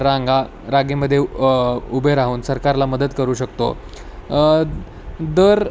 रांगा रांगेमध्ये उभे राहून सरकारला मदत करू शकतो दर